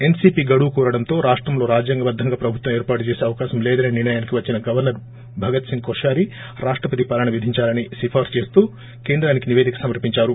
NCP గడువు కోరడంతో రాష్టంలో రాజ్యాంగ బద్దంగా ప్రభుత్వం ఏర్పాటు చేస అవకాశం లేదనే నిర్ణయానికి వచ్చిన గవర్సర్ భగత్ సింగ్ కో క్యారీ రాప్రపతి పాలన విధిందాలని సిఫార్సు చేస్తూ కేంద్రానికి నిపేదిక సమర్పించారు